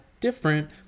different